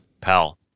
Pal